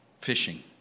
fishing